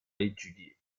étudié